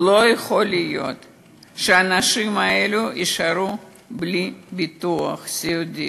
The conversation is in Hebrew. לא יכול להיות שהאנשים האלה יישארו בלי ביטוח סיעודי,